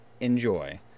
Enjoy